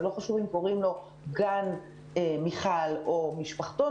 ולא חשוב אם קוראים לו גן מיכל או משפחתון